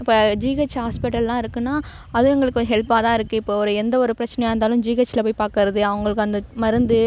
இப்போ ஜிஹெச் ஹாஸ்பிட்டல்லாம் இருக்குன்னால் அதுவும் எங்களுக்கு ஒரு ஹெல்ப்பாக தான் இருக்குது இப்போ ஒரு எந்த ஒரு பிரச்சனையாக இருந்தாலும் ஜிஹெச்சில் போய் பார்க்குறது அவங்களுக்கு அந்த மருந்து